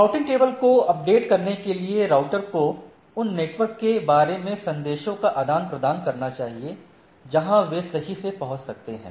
routing table को update करने के लिए राउटर को उन नेटवर्क के बारे में संदेशों का आदान प्रदान करना चाहिए जहां वे सही से पहुंच सकते हैं